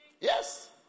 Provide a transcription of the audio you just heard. Yes